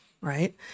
right